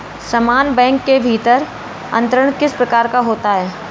समान बैंक के भीतर अंतरण किस प्रकार का होता है?